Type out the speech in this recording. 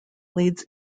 leads